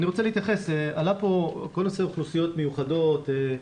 עלה פה כל נושא אוכלוסיות מיוחדות,